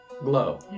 glow